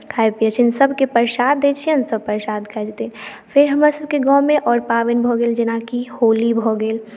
खाइत पियैत छियनि सभकेँ प्रसाद दैत छियनि सभ प्रसाद खाइत छथिन फेर हमरासभके गाँवमे आओर पाबनि भऽ गेल जेनाकि होली भऽ गेल